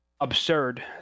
absurd